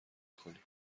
کنیم